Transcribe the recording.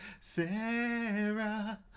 Sarah